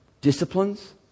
disciplines